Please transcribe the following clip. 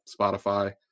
Spotify